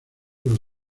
los